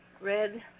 red